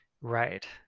Right